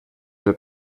del